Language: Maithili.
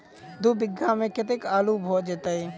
दु बीघा मे कतेक आलु भऽ जेतय?